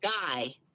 guy